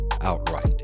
outright